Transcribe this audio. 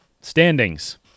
Standings